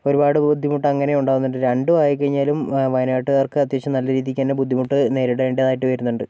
ഒരുപാട് ബുദ്ധിമുട്ടങ്ങനെയും ഉണ്ടാകുന്നുണ്ട് രണ്ടും ആയിക്കഴിഞ്ഞാലും വയനാട്ടുകാർക്ക് അത്യാവശ്യം നല്ല രീതിക്കുതന്നെ ബുദ്ധിമുട്ട് നേരിടേണ്ടതായിട്ടു വരുന്നുണ്ട്